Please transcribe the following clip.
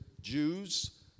Jews